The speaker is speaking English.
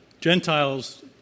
Gentiles